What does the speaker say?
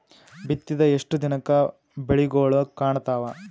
ಬಿತ್ತಿದ ಎಷ್ಟು ದಿನಕ ಬೆಳಿಗೋಳ ಕಾಣತಾವ?